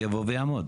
שיבוא ויעמוד.